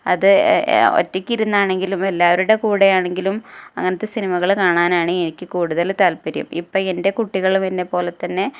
അത് ഒറ്റയ്ക്കിരുന്നാണെങ്കിലും എല്ലാവരുടെ കൂടെയാണെങ്കിലും അങ്ങനെത്തെ സിനിമകൾ കാണാനാണ് എനിക്ക് കൂടുതൽ താല്പര്യം ഇപ്പം എൻ്റെ കുട്ടികളും എന്നെപ്പോലെ തന്നെ